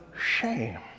shame